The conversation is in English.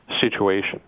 Situation